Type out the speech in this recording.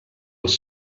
els